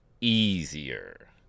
easier